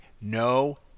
No